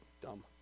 dumb